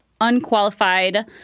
unqualified